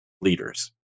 leaders